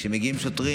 כשמגיעים שוטרים,